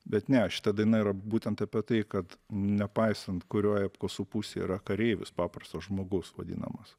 bet ne šita daina yra būtent apie tai kad nepaisant kurioj apkasų pusėj yra kareivis paprastas žmogus vadinamas